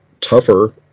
Tougher